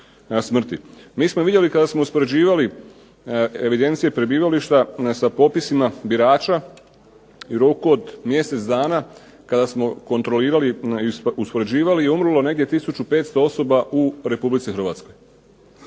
Mi smo vidjeli kada smo uspoređivali evidencije prebivališta sa popisima birača u roku od mjesec dana kada smo kontrolirali i uspoređivali je umrlo negdje 1500 osoba u Republici Hrvatskoj.